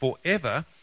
forever